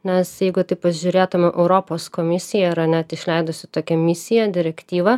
nes jeigu taip pažiūrėtume europos komisija yra net išleidusi tokią misiją direktyvą